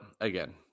Again